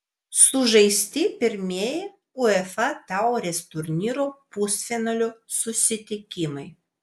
sužaisti pirmieji uefa taurės turnyro pusfinalio susitikimai